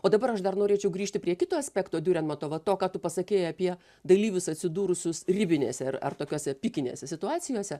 o dabar aš dar norėčiau grįžti prie kito aspekto diurenmato va to ką tu pasakei apie dalyvius atsidūrusius ribinėse ar ar tokiose piknėse situacijose